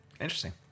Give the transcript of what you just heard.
Interesting